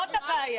הבעיה,